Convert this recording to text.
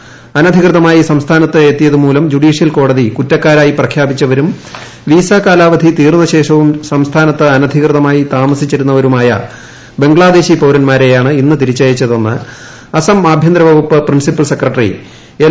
് അ്ന്റധികൃതമായി സംസ്ഥാനത്ത് എത്തിയതുമൂലം ജുഡീഷ്യൽ ക്ട്ടേതി കുറ്റക്കാരായി പ്രഖ്യാപിച്ചവരും വീസാ കാലാവധി തീർന്നശ്ശേഷ്വ്രും ് സംസ്ഥാനത്ത് അനധികൃതമായി താമസിച്ചിരുന്നവരുമായ പ്പ്പ്ശ്ശാദേശി പൌരന്മാരെയാണ് ഇന്ന് തിരിച്ചയച്ചതെന്ന് അസ്ളൌത്പൂഭ്യന്തര വകുപ്പ് പ്രിൻസിപ്പൽ സെക്രട്ടറി എൽ